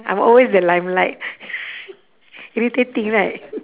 I'm always the limelight irritating right